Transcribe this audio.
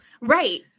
right